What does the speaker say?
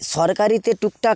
সরকারিতে টুকটাক